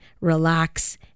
relax